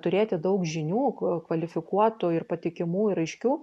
turėti daug žinių kvalifikuotų ir patikimų ir aiškių